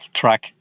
track